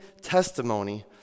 testimony